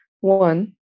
one